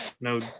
no